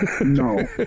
No